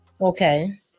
Okay